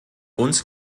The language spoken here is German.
uns